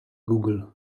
google